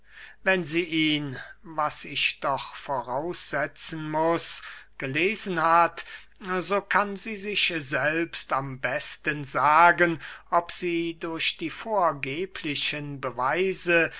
wenn sie ihn was ich doch voraussetzen muß gelesen hat so kann sie sich selbst am besten sagen ob sie durch die vorgeblichen beweise